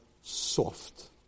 soft